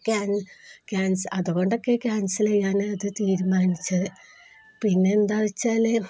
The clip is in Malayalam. അതുകൊണ്ടൊക്കെ ക്യാൻസലെയ്യാന് അതു തീരുമാനിച്ചത് പിന്നെ എന്താണെന്നുവച്ചാല്